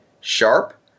sharp